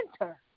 enter